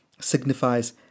signifies